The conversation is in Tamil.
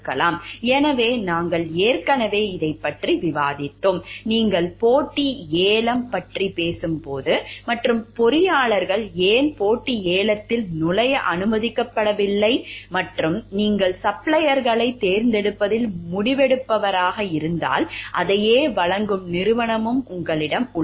எனவே நாங்கள் ஏற்கனவே இதைப் பற்றி விவாதித்தோம் நீங்கள் போட்டி ஏலம் பற்றி பேசும்போது மற்றும் பொறியாளர்கள் ஏன் போட்டி ஏலத்தில் நுழைய அனுமதிக்கப்படவில்லை மற்றும் நீங்கள் சப்ளையர்களைத் தேர்ந்தெடுப்பதில் முடிவெடுப்பவராக இருந்தால் அதையே வழங்கும் நிறுவனமும் உங்களிடம் உள்ளது